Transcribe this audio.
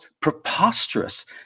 preposterous